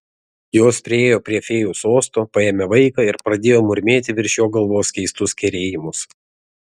jos priėjo prie fėjų sosto paėmė vaiką ir pradėjo murmėti virš jo galvos keistus kerėjimus